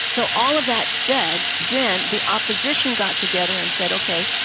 so all of that said, then the opposition got together and said, ok,